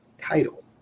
title